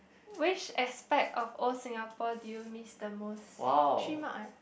which aspect of old Singapore do you miss the most three mark eh